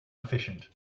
efficient